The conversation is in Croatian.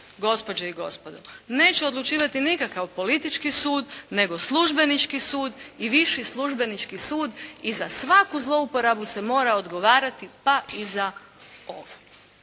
gospođe i gospodo. Neće odlučivati nikakav politički sud nego službenički sud i viši službenički sud. I za svaku zlouporabu se mora odgovarati, pa i za ovu.